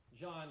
John